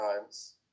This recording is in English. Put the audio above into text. times